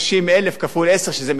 נבצר מבינתי, לא יודע.